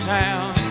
town